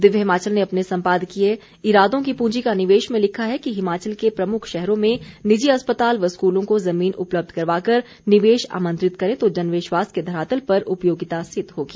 दिव्य हिमाचल ने अपने सम्पादकीय इरादों की पूंजी का निवेश में लिखा है कि हिमाचल के प्रमुख शहरों में निजी अस्पताल व स्कूलों को जमीन उपलब्ध करवाकर निवेश आमंत्रित करे तो जनविश्वास के धरातल पर उपयोगिता सिद्ध होगी